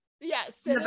Yes